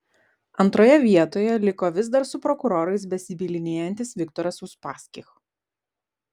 antroje vietoje liko vis dar su prokurorais besibylinėjantis viktoras uspaskich